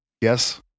Yes